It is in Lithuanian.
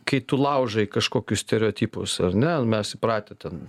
kai tu laužai kažkokius stereotipus ar ne mes įpratę ten